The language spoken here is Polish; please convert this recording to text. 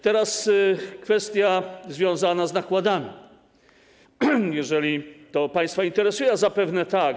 Teraz kwestia związana z nakładami, jeżeli to państwa interesuje, a zapewne tak.